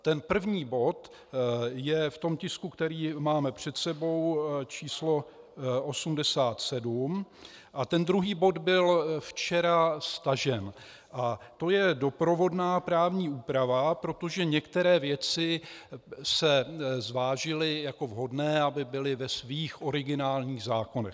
Ten první bod je v tisku, který máme před sebou, číslo 87, a ten druhý bod byl včera stažen a to je doprovodná právní úprava, protože některé věci se zvážily jako vhodné, aby byly ve svých originálních zákonech.